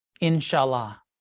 inshallah